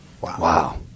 Wow